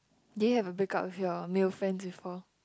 do you have a break up with your male friends before